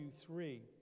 three